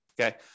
Okay